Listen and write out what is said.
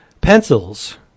Pencils